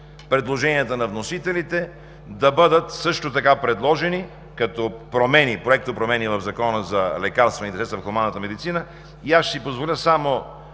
предложенията на вносителите, да бъдат също така предложени като проектопромени в Закона за лекарствените средства в хуманната медицина. Ще си позволя само